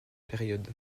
période